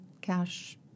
cash